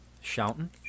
Shouting